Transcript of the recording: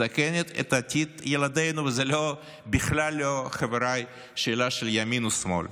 מסכן את עתיד ילדינו.וזה בכלל לא שאלה של ימין או שמאל,